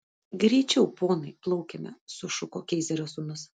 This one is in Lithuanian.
greičiau ponai plaukime sušuko keizerio sūnus